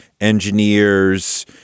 engineers